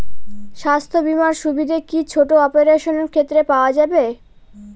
স্বাস্থ্য বীমার সুবিধে কি ছোট অপারেশনের ক্ষেত্রে পাওয়া যাবে?